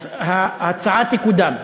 ההצעה תקודם.